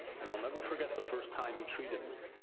and, i'll never forget the first time he treated me.